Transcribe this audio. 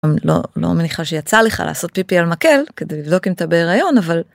לא לא מניחה שיצא לך לעשות פיפי על מקל כדי לבדוק אם אתה בהיריון אבל.